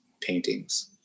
paintings